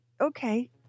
Okay